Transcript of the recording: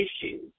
issues